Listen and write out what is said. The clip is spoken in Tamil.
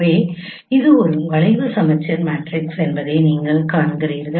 எனவே இது ஒரு வளைவு சமச்சீர் மேட்ரிக்ஸ் என்பதை நீங்கள் காண்கிறீர்கள்